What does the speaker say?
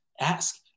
ask